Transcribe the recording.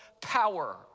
power